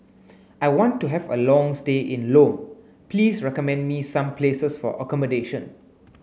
I want to have a long stay in Lome please recommend me some places for accommodation